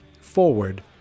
forward